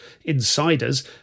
insiders